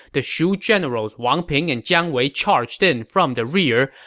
the shu generals wang ping and jiang wei charged in from the rear,